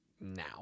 now